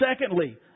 Secondly